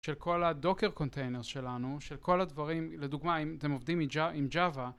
של כל הדוקר קונטיינרס שלנו, של כל הדברים, לדוגמא אם אתם עובדים עם ג'אווה.